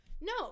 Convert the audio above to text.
no